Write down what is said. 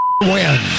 Win